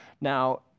Now